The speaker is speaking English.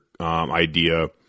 idea